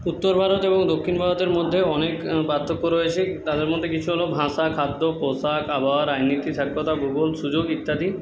উত্তর ভারত এবং দক্ষিণ ভারতের মধ্যে অনেক পার্থক্য রয়েছে তাদের মধ্যে কিছু হল ভাঁষা খাদ্য পোশাক আবহাওয়া রাজনীতি সাক্ষরতা ভূগোল সুযোগ ইত্যাদি